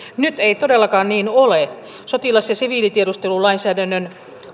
nyt ei todellakaan niin ole sotilas ja siviilitiedustelulainsäädännön